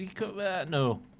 No